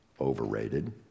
overrated